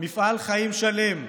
מפעל חיים שלם.